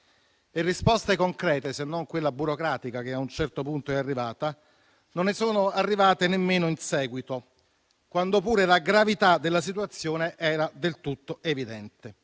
di risposte concrete, se non quella burocratica che a un certo punto è arrivata, non ne sono arrivate nemmeno in seguito, quando pure la gravità della situazione era del tutto evidente.